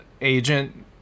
agent